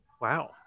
Wow